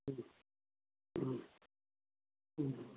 ꯎꯝ ꯎꯝ ꯎꯝ